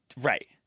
right